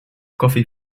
coffee